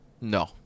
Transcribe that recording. No